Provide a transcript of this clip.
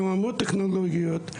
לחממות טכנולוגיות,